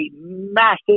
massive